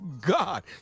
God